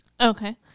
Okay